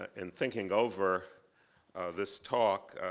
ah in thinking over this talk,